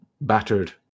battered